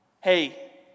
hey